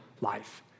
life